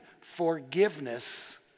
forgiveness